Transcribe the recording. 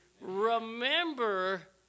Remember